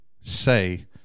say